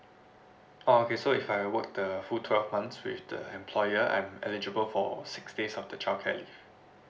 oh okay so if I work the full twelve months with the employer I'm eligible for six days of the childcare leave